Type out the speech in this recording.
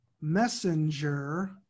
messenger